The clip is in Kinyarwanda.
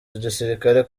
gisirikare